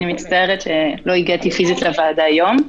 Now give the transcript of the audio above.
אני מצטערת שלא הגעתי פיזית לוועדה היום.